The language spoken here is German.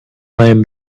meinem